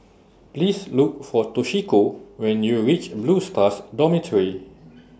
Please Look For Toshiko when YOU REACH Blue Stars Dormitory